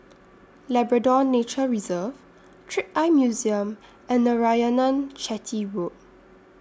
Labrador Nature Reserve Trick Eye Museum and Narayanan Chetty Road